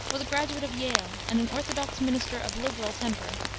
was a graduate of yale and an orthodox minister of liberal temper,